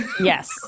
Yes